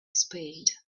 spade